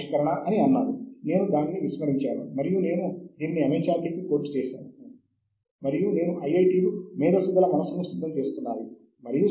త్వరలో దీన్ని ఎలా చేయగలమో మనము చూస్తాము